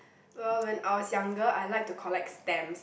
well when I was younger I like to collect stamps